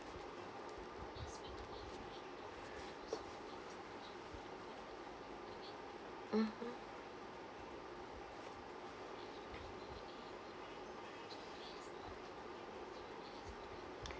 mmhmm